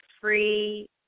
free